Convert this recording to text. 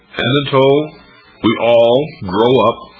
and, until we all grow up